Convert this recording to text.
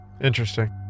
interesting